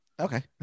okay